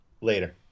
Later